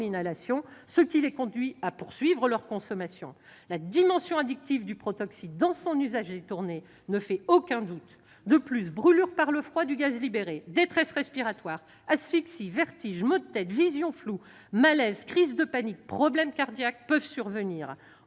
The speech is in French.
ce qui les conduit à poursuivre leur consommation. La dimension addictive du protoxyde d'azote dans son usage détourné ne fait aucun doute. De plus, brûlures par le froid du gaz libéré, détresse respiratoire, asphyxie, vertiges, maux de tête, vision floue, malaises, crise de panique, problèmes cardiaques peuvent survenir.